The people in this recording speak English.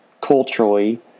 culturally